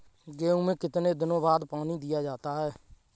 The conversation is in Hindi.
गेहूँ में कितने दिनों बाद पानी दिया जाता है?